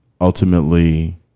ultimately